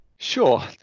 Sure